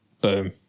Boom